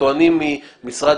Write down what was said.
טוענים ממשרד